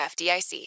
FDIC